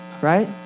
right